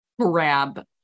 grab